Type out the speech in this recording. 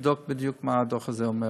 שיבדוק בדיוק מה הדוח הזה אומר.